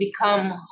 become